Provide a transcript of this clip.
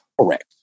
Correct